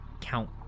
count